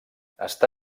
està